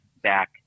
back